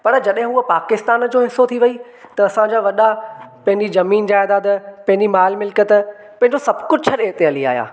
पर जॾहिं हू पाकिस्तान जो हिसो थी वई त असां जा वॾा पंहिंजी ज़मीन ज़ाइदाद पंहिंजी माल मिलकत पंहिंजो सभु कुझु छॾे हिते हली आहियां